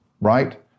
right